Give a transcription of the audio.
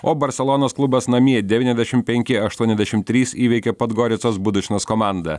o barselonos klubas namie devyniasdešim penki aštuoniasdešimt trys įveikė podgoricos budašnos komandą